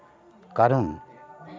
ᱠᱟᱨᱚᱱ